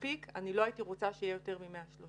בפיק לא הייתי רוצה שיהיה יותר מ-130%,